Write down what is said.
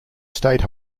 state